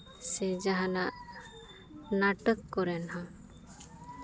ᱥᱮ ᱡᱟᱦᱟᱱᱟᱜ ᱱᱟᱴᱚᱠ ᱠᱚᱨᱮ ᱦᱚᱸ